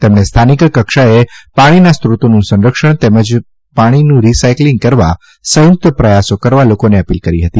તેમણે સ્થાનિક કક્ષાએ પાણીના સોતોનું સંરક્ષણ તેમજ પાણીનું રિ સાઈકલીંગ કરવા સંયુક્ત પ્રયાસો કરવા લોકોને અપીલ કરી હતી